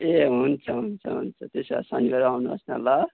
ए हुन्छ हुन्छ हुन्छ त्यसो भए शनिवार आउनुहोस् न ल